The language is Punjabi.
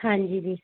ਹਾਂਜੀ ਜੀ